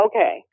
Okay